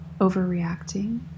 overreacting